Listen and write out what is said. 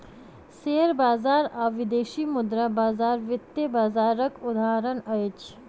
share बजार आ विदेशी मुद्रा बजार वित्तीय बजारक उदाहरण अछि